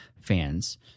fans